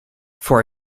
for